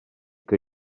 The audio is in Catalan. que